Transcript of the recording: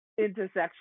intersection